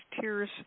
Tears